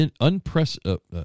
unprecedented